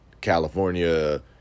California